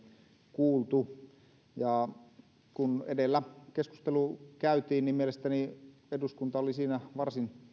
kuultu kun edellä keskustelu käytiin mielestäni eduskunta oli siinä varsin